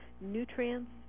nutrients